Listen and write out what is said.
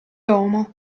homo